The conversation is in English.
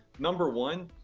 number one,